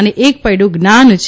અને એક પૈડ જ્ઞાન છે